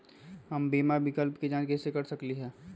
हम बीमा विकल्प के जाँच कैसे कर सकली ह?